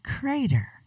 crater